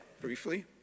briefly